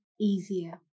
easier